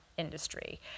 Industry